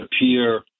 appear